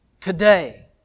today